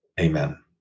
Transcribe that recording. Amen